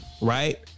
right